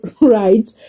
right